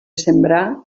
sembrar